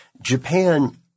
Japan